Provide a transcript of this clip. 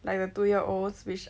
like the two year olds which